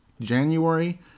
January